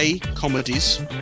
comedies